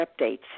updates